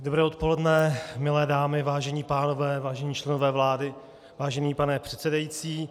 Dobré odpoledne, milé dámy, vážení pánové, vážení členové vlády, vážený pane předsedající.